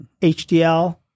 HDL